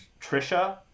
Trisha